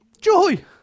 Joy